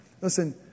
Listen